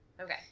Okay